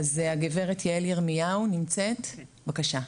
הגב' יעל ירמיהו בבקשה.